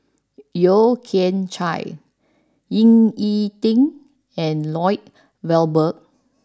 Yeo Kian Chai Ying E Ding and Lloyd Valberg